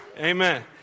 amen